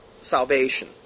salvation